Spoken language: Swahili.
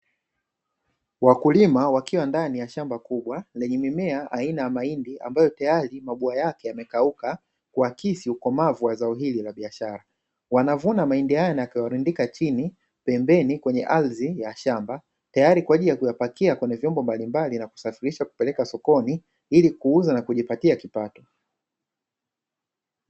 Wakulima wakiwa ndani ya shamba kubwa lenye mimea aina ya mahindi ambayo tayari mabua yake yamekauka, kuakisi ukomavu wa zao hili la biashara. Wanavuna mahindi hayo na kuyarundika chini pembeni kwenye ardhi ya shamba tayari kwa ajili ya kuyapakia kwenye vyombo mbalimbali na kusafirishwa kupelekwa sokoni ili kuuza na kujipatia kipato.